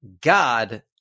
God